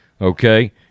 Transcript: Okay